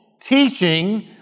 teaching